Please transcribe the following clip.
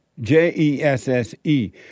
J-E-S-S-E